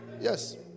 Yes